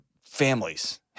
families